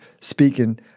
speaking